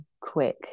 quick